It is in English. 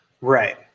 Right